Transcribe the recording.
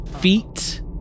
feet